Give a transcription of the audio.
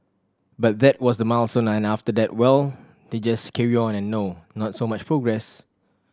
but that was the milestone and after that well they just carry on and no not so much progress